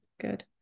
good